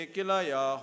Kilaya